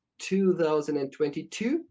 2022